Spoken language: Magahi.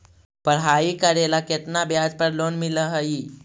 पढाई करेला केतना ब्याज पर लोन मिल हइ?